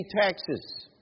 taxes